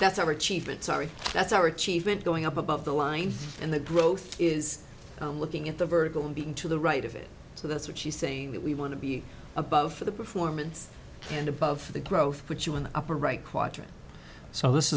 that's overachievement sorry that's our achievement going up above the line in the growth is i'm looking at the vertical and being to the right of it so that's what she's saying that we want to be above the performance and above the growth put you in the upper